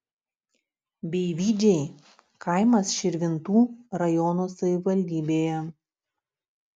beivydžiai kaimas širvintų rajono savivaldybėje